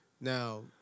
Now